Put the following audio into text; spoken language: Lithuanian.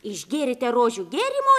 išgėrėte rožių gėrimo